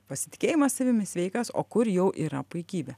pasitikėjimas savimi sveikas o kur jau yra puikybė